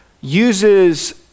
uses